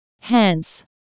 Hence